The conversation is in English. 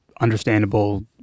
understandable